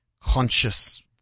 conscious